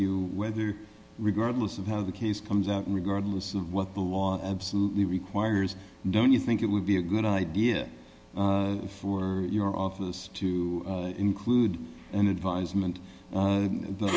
you whether regardless of how the case comes out regardless of what the law absolutely requires don't you think it would be a good idea for your office to include a